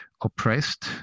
oppressed